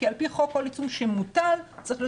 כי על פי חוק כל עיצום שמוטל צריך להיות